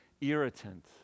irritant